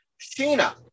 Sheena